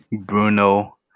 Bruno